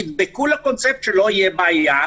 נדבקו לקונספט שלא תהיה בעיה,